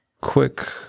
quick